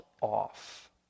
off